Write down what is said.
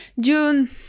June